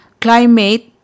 Climate